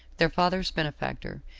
their father's benefactor,